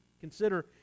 consider